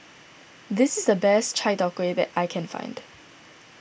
this is the best Chai Tow Kuay that I can find